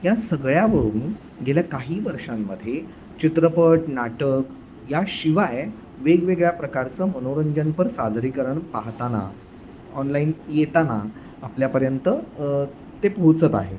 या सगळ्यावरून गेल्या काही वर्षांमध्ये चित्रपट नाटक याशिवाय वेगवेगळ्या प्रकारचं मनोरंजनपर सादरीकरण पाहताना ऑनलाईन येताना आपल्यापर्यंत ते पोहचत आहे